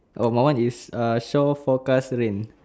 oh my one is uh shore forecast rain